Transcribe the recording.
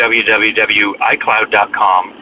www.icloud.com